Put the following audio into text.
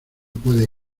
puede